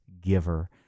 giver